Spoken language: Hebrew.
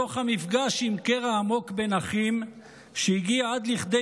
מתוך המפגש עם קרע עמוק בין אחים שהגיע עד לכדי